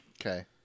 Okay